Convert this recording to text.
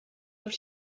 auf